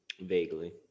Vaguely